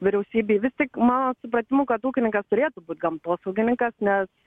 vyriausybėj vis tik mano supratimu kad ūkininkas turėtų būt gamtosaugininkas nes